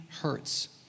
hurts